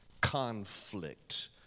conflict